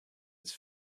its